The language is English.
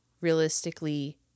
realistically